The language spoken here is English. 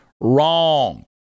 wrong